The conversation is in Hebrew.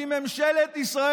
דוגמניות.